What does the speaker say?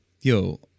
yo